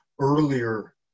earlier